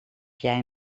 jij